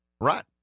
right